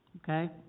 Okay